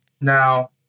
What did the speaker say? now